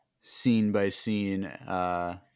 scene-by-scene